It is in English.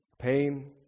pain